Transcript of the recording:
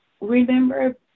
Remember